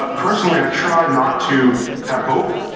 but personally, i try not to have hope.